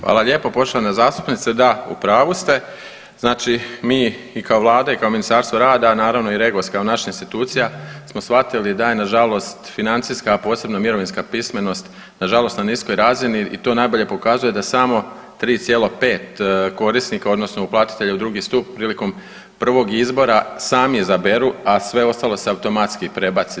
Hvala lijepo poštovana zastupnice, da u pravu ste znači mi i kao vlada i Ministarstvo rada, naravno i Regos kao naša institucija smo shvatili da je nažalost financijska, a posebno mirovinska pismenost nažalost na niskoj razini to najbolje pokazuje da samo 3,5 korisnika odnosno uplatitelja u drugi stup prilikom prvog izbora sami izaberu, a sve ostalo se automatski prebaci.